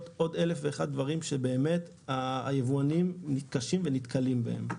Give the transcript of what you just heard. עוד אלף ואחד דברים שבאמת היבואנים מתקשים ונתקלים בהם.